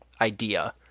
idea